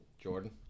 Jordan